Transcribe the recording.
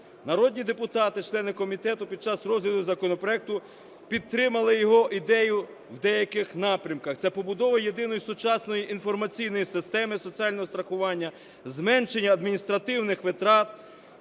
Народні депутати члени комітету під час розгляду законопроекту підтримали його ідею в деяких напрямках. Це побудова єдиної сучасної інформаційної системи соціального страхування, зменшення адміністративних витрат